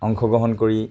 অংশগ্ৰহণ কৰি